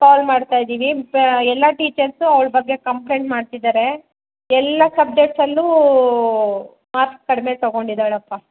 ಕಾಲ್ ಮಾಡ್ತಾಯಿದ್ದೀವಿ ಎಲ್ಲ ಟೀಚರ್ಸು ಅವಳ ಬಗ್ಗೆ ಕಂಪ್ಲೇಂಟ್ ಮಾಡ್ತಿದ್ದಾರೆ ಎಲ್ಲ ಸಬ್ಜೆಕ್ಟ್ಸಲ್ಲೂ ಮಾರ್ಕ್ಸ್ ಕಡಿಮೆ ತೊಗೊಂಡಿದ್ದಾಳಪ್ಪ